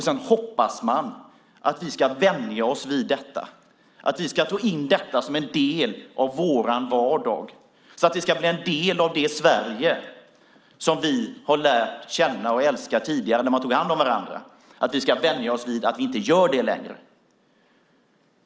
Sedan hoppas man att vi ska vänja oss vid detta, att vi ska ta in detta som en del av vår vardag så att det ska bli en del av det Sverige som vi har lärt känna och älska tidigare, när man tog hand om varandra, att vi ska vänja oss vid att vi inte gör det längre.